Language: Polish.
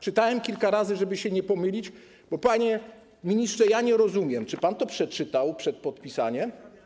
Czytałem kilka razy, żeby się nie pomylić, bo panie ministrze, ja nie rozumiem: Czy pan to przeczytał przed podpisaniem?